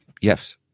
Yes